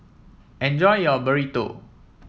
enjoy your Burrito